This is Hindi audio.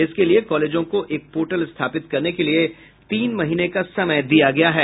इसके लिये कॉलेजों को एक पोर्टल स्थापित करने के लिये तीन महीने का समय दिया गया है